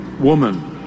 woman